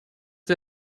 der